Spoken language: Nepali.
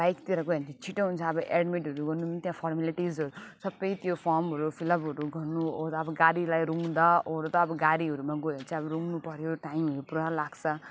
बाइकतिर गयो भने त छिटो हुन्छ अब एडमिटहरू गर्नु पनि त्यहाँ फोर्मेलिटिसहरू सबै त्यो फर्महरू फिलअपहरू गर्नु ओर अब गाडीलाई रुङ्दावर्दा अब गाडीहरूमा गयो भने चाहिँ अब रुङ्ननुपर्यो टाइमहरू पुरा लाग्छ